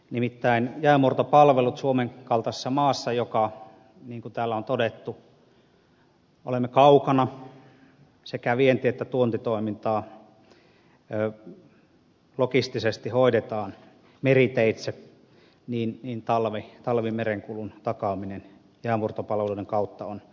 nimittäin jäänmurtopalvelut suomen kaltaisessa maassa joka niin kuin täällä on todettu on kaukana ja jossa sekä vienti että tuontitoimintaa logistisesti hoidetaan meriteitse talvimerenkulun takaaminen jäänmurtopalveluiden kautta on ydintehtävä